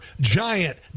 giant